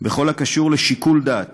בכל הקשור לשיקול דעת